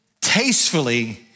tastefully